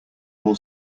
all